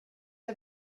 der